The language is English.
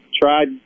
tried